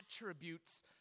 attributes